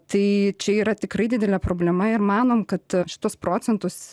tai čia yra tikrai didelė problema ir manom kad šituos procentus